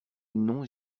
non